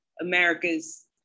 America's